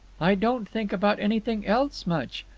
i don't think about anything else much.